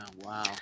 wow